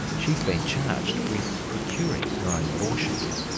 she's been charged with procuring her own abortion.